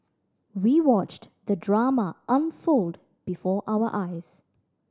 we watched the drama unfold before our eyes